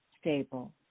stable